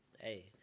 Hey